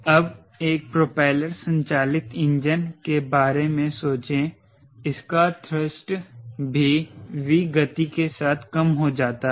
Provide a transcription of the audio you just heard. अब एक प्रोपेलर संचालित इंजन के बारे में सोचे इसका थ्रस्ट भी V गति के साथ कम हो जाता है